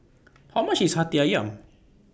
How much IS Hati Ayam